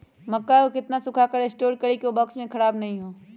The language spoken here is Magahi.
मक्का को कितना सूखा कर स्टोर करें की ओ बॉक्स में ख़राब नहीं हो?